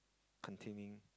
containing